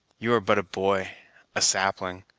you are but a boy a sapling,